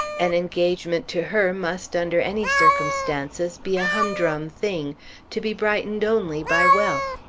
an engagement to her must under any circumstances be a humdrum thing to be brightened only by wealth.